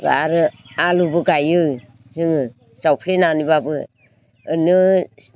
आरो आलुबो गाइयो जोङो जावफ्लेनानैबाबो ओरैनो